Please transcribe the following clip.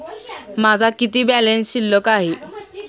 माझा किती बॅलन्स शिल्लक आहे?